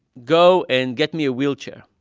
go and get me a wheelchair.